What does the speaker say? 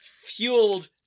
fueled